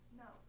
no